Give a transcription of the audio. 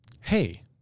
hey